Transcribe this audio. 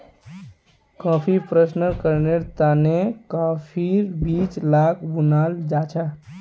कॉफ़ीर प्रशंकरनेर तने काफिर बीज लाक भुनाल जाहा